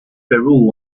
peru